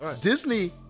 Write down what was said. Disney